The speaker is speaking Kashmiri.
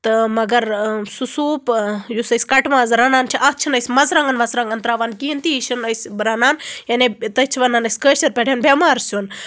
تہٕ مَگَر سُہ سوٗپ یُس أسۍ کَٹہٕ ماز رَنان چھِ اتھ چھِ نہٕ أسۍ مَرژٕوانٛگَن وَرژٕانٛگَن ترٛاوان کِہیٖنٛۍ تہِ یہِ چھِنہٕ أسۍ رَنان یعنی تٔتھۍ چھِ وَنان أسۍ کٲشٕر پٲٹھۍ بیٚمار سیُن